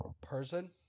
person